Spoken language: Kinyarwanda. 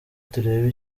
turebe